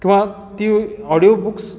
किंवा ती audio books